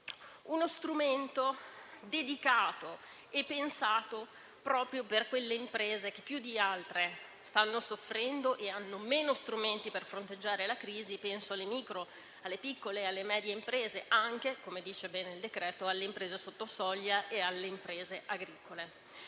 Uno strumento dedicato e pensato proprio per quelle imprese che più di altre stanno soffrendo e hanno meno strumenti per fronteggiare la crisi. Penso alle micro, piccole e medie imprese ed anche, come dice bene il decreto-legge, alle imprese sotto soglia e alle imprese agricole.